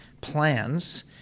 plans